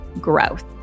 growth